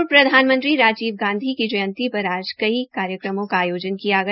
पूर्व प्रधानमंत्री राजीव गांधी की जंयती पर आज कई कार्यक्रमों का आयोजन किया गया